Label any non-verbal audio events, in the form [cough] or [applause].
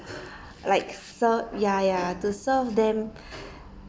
[breath] like serve ya ya to serve them [breath]